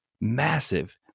massive